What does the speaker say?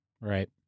Right